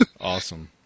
Awesome